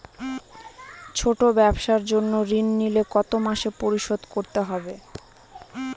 ছোট ব্যবসার জন্য ঋণ নিলে কত মাসে পরিশোধ করতে হয়?